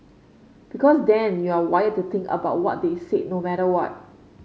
because then you're wired to think about what they said no matter what